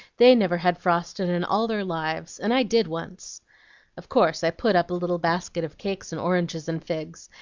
they never had frostin' in all their lives, and i did once of course i put up a little basket of cake and oranges and figs,